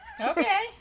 Okay